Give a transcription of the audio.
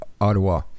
Ottawa